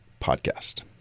podcast